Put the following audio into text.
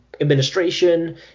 administration